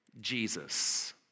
Jesus